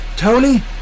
Tony